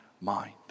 mind